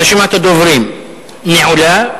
רשימת הדוברים נעולה.